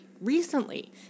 recently